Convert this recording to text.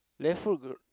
left foot got